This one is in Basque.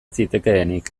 zitekeenik